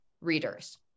readers